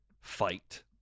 fight